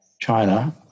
China